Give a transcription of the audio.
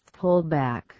pullback